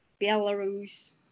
Belarus